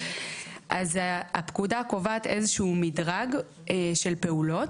אז הפקודה קובעת איזשהו מדרג של פעולות,